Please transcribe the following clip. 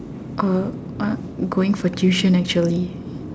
uh what going for tuition actually